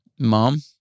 Mom